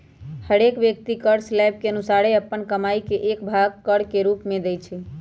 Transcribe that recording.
हरेक व्यक्ति कर स्लैब के अनुसारे अप्पन कमाइ के एक भाग कर के रूप में देँइ छै